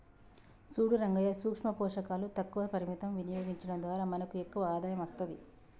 సూడు రంగయ్యా సూక్ష పోషకాలు తక్కువ పరిమితం వినియోగించడం ద్వారా మనకు ఎక్కువ ఆదాయం అస్తది